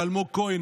לאלמוג כהן,